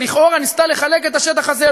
שלכאורה ניסתה לחלק את השטח הזה,